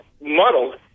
muddled